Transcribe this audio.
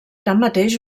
tanmateix